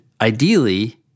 ideally